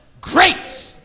grace